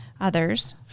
others